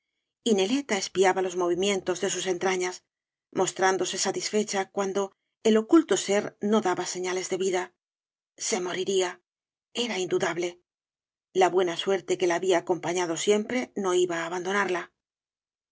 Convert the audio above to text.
neleta espiaba jos movimientos de sua entrañas mostrándose satisfecha cuando el oculto ser no daba señales de vida se moriría era indudable la buena suerte que la había acompañado siempre no iba á abandonarla